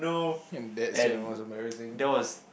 and that's the most embarrassing